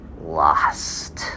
lost